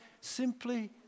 simply